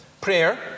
Prayer